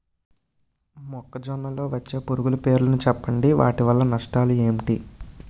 మొక్కజొన్న లో వచ్చే పురుగుల పేర్లను చెప్పండి? వాటి వల్ల నష్టాలు ఎంటి?